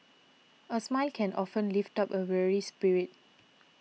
a smile can often lift up a weary spirit